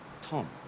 Tom